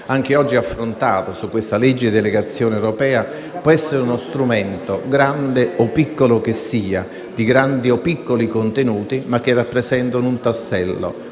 anche oggi da questo disegno di legge di delegazione europea può essere uno strumento, grande o piccolo che sia, di grandi o piccoli contenuti, che rappresenta però un tassello